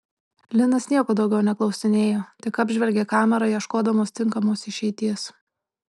linas nieko daugiau neklausinėjo tik apžvelgė kamerą ieškodamas tinkamos išeities